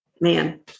man